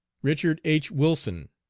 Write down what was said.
richard h. wilson,